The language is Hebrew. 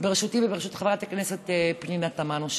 בראשותי ובראשות חברת הכנסת פנינה תמנו-שטה.